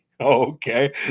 okay